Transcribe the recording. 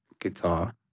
guitar